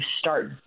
start